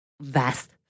vast